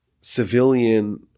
civilian